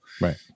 right